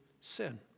sin